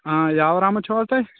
یاور احمد چھُوا تُہۍ